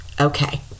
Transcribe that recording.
Okay